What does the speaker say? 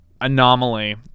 anomaly